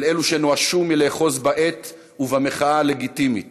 של אלו שנואשו מלאחוז בעט ובמחאה הלגיטימית,